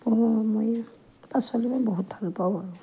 আৰু মই পাচলি মই বহুত ভালপাওঁ আৰু